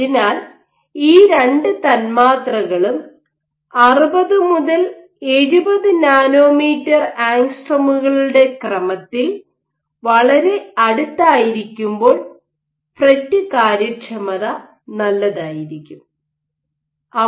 അതിനാൽ ഈ രണ്ട് തന്മാത്രകളും 60 70 നാനോമീറ്റർ ആംഗ്സ്ട്രോമുകളുടെ 60 - 70 nanometer angstroms ക്രമത്തിൽ വളരെ അടുത്തായിരിക്കുമ്പോൾ ഫ്രെറ്റ് കാര്യക്ഷമത നല്ലതായിരിക്കും റഫർ സമയം 1123